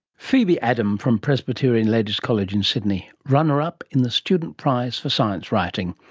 phoebe adam from presbyterian ladies college in sydney, runner-up in the student prize for science writing.